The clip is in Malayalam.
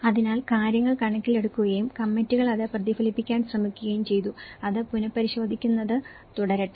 അതിനാൽ കാര്യങ്ങൾ കണക്കിലെടുക്കുകയും കമ്മിറ്റികൾ അത് പ്രതിഫലിപ്പിക്കാൻ ശ്രമിക്കുകയും ചെയ്തു അത് പുനഃപരിശോധിക്കുന്നത് തുടരട്ടെ